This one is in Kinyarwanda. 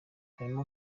harimo